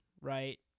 right